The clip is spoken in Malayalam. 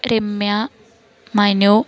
രമ്യ മനു